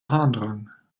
harndrang